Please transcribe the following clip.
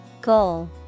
Goal